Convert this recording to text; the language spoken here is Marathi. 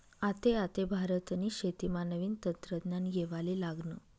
आते आते भारतनी शेतीमा नवीन तंत्रज्ञान येवाले लागनं